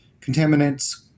Contaminants